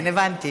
כן, הבנתי.